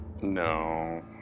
No